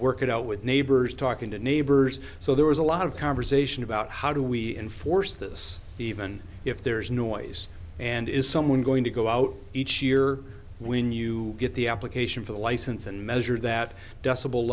work it out with neighbors talking to neighbors so there was a lot of conversation about how do we enforce this even if there is noise and is someone going to go out each year when you get the application for the license and measure that deci